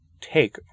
take